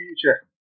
future